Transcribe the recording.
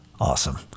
Awesome